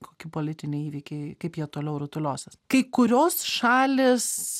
koki politiniai įvykiai kaip jie toliau rutuliosis kai kurios šalys